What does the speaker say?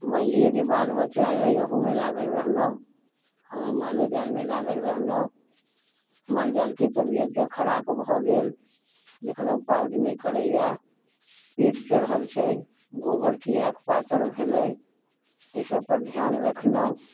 मानि लिऽ जे बाल बच्चा अइ अहूमे लागल रहलहुँ मालोजालमे लागल रहलहुँ मालजालके तबियतो खराब भऽ गेल देखलहुँ पाउज नहि करैए पेट चढ़ल छै गोबर किएक पातर भेलै अइ सबपर ध्यान रखलहुँ